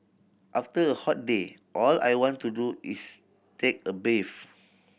after a hot day all I want to do is take a bath